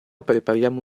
prepariamo